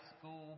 school